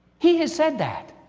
he had said that,